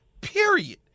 period